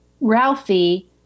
Ralphie